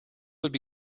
would